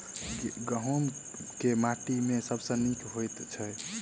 गहूम केँ माटि मे सबसँ नीक होइत छै?